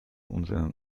unseren